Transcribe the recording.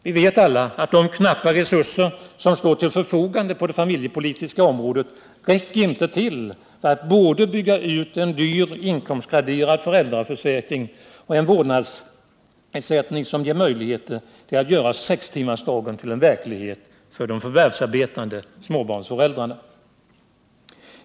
Vi vet alla att de knappa resurser som står till förfogande på det familjepolitiska området inte räcker till för att bygga ut både en inkomstgraderad föräldraförsäkring och en vårdnadsersättning som ger möjligheter att göra sextimmarsdagen till verklighet för småbarnsföräldrarna.